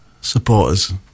supporters